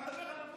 אתה מדבר על נמוך?